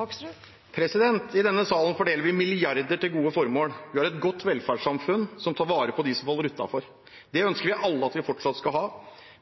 I denne salen fordeler vi milliarder til gode formål. Vi har et godt velferdssamfunn som tar vare på dem som faller utenfor. Det ønsker vi alle at vi fortsatt skal ha.